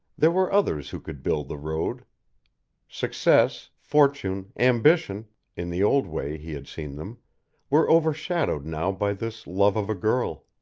there were others who could build the road success, fortune, ambition in the old way he had seen them were overshadowed now by this love of a girl.